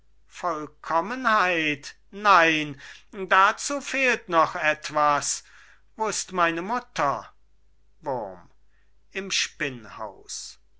nein dazu fehlt noch etwas wo ist meine mutter wurm im